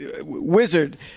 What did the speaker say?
wizard